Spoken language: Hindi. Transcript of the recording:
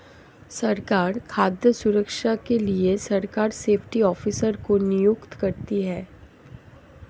सरकार खाद्य सुरक्षा के लिए सरकार सेफ्टी ऑफिसर को नियुक्त करती है